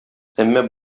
әмма